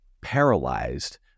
paralyzed